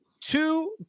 Two